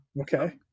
Okay